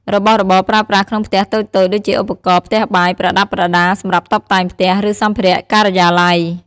របស់របរប្រើប្រាស់ក្នុងផ្ទះតូចៗដូចជាឧបករណ៍ផ្ទះបាយ ប្រដាប់ប្រដាសម្រាប់តុបតែងផ្ទះ ឬសម្ភារៈការិយាល័យ។